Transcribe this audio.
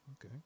okay